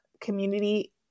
community